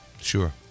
Sure